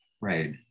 Right